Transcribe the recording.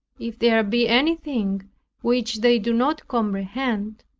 if there be anything which they do not comprehend,